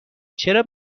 چرا